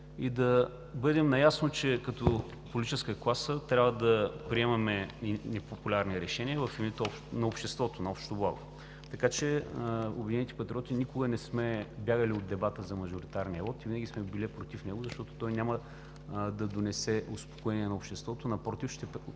И да бъдем наясно, че като политическа класа трябва да приемаме и непопулярни решения в името на обществото, на общото благо. Така че „Обединените патриоти“ никога не сме бягали от дебата за мажоритарния вот и винаги сме били против него, защото той няма да донесе успокоение на обществото